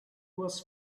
was